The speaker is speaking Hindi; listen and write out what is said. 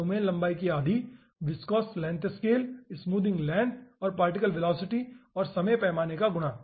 डोमेन लंबाई की आधी viscous length scale smoothing length और पार्टिकल वेलोसिटी और समय पैमाने का गुणा